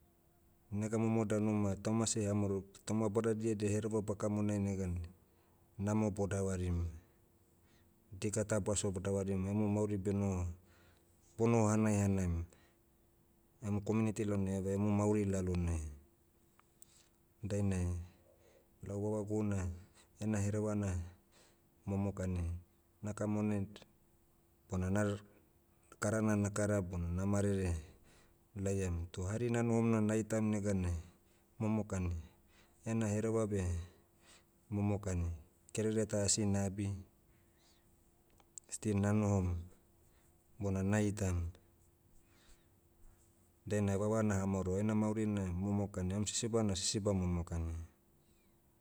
Nega momo danu ma tauma seh eha maorog tauma badadia edia hereva bakamonai neganai, namo bo davarim. Dika ta baso bo- davarim emu mauri benoho- bonoho hanaihanaim, emu community lalonai eva emu mauri lalonai. Dainai, lau vavagu na, ena hereva na, momokani, nakamonai d- bona nal- karana na kara bona na marere, laiam. Toh hari nanohom na naitam neganai, momokani, ena hereva beh, momokani, kerere ta asi nabi, still nanohom, bona naitam. Dainai vava naha maoro ena mauri na momokani. Oiem sisiba na sisiba momokani.